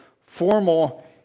formal